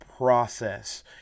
process